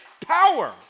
power